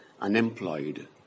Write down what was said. unemployed